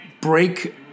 break